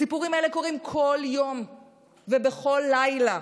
הסיפורים האלה קורים בכל יום ובכל לילה,